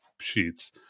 sheets